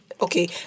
okay